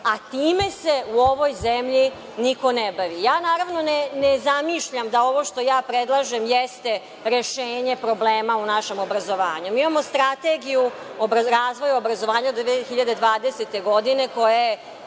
a time se u ovoj zemlji niko ne bavi. Naravno, ne zamišljam da ovo što ja predlažem jeste rešenje problema u našem obrazovanju. Imamo Strategiju razvoja obrazovanja do 2020. godine, koja je